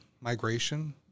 migration